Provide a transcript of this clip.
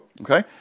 okay